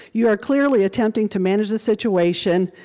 you are clearly attempting to manage the situation,